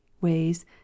ways